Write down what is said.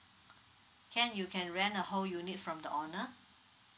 can you can rent a whole unit from the owner